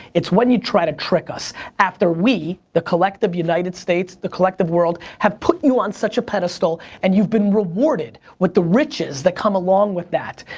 it's when you try to trick us after we, the collective united states, the collective world, have put you on such a pedestal and you've been rewarded with the riches that come along with that.